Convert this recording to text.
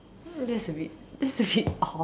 that's a bit that's a bit off